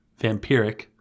Vampiric